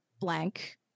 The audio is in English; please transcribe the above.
blank